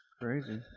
Crazy